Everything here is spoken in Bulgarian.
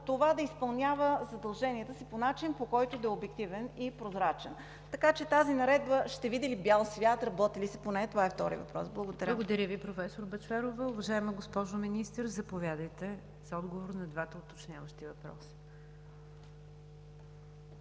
– да изпълнява задълженията си по начин, който да е обективен и прозрачен. Така че тази наредба ще види ли бял свят, работи ли се по нея? Това е вторият въпрос. Благодаря. ПРЕДСЕДАТЕЛ НИГЯР ДЖАФЕР: Благодаря Ви, професор Бъчварова. Уважаема госпожо Министър, заповядайте за отговор на двата уточняващи въпроса.